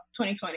2020